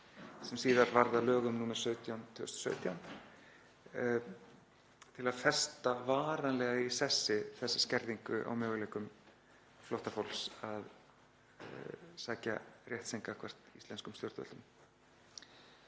sem síðar varð að lögum nr. 17/2017 til að festa varanlega í sessi þessa skerðingu á möguleikum flóttafólks á að sækja rétt sinn gagnvart íslenskum stjórnvöldum.